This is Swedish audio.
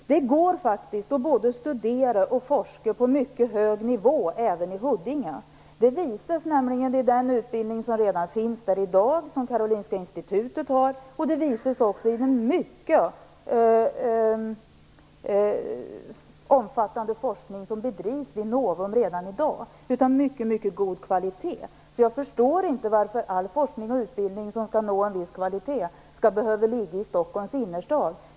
Det går faktiskt både att studera och forska på mycket hög nivå även i Huddinge. Det visas av den utbildning som redan finns där i dag som Karolinska institutet bedriver, och det visas också av den mycket omfattande forskning som redan i dag bedrivs vid Novum och är av mycket god kvalitet. Jag förstår inte varför all forskning och utbildning som skall nå en viss kvalitet skall behöva ligga i Stockholms innerstad.